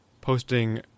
posting